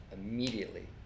immediately